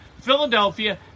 Philadelphia